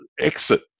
exit